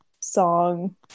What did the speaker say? song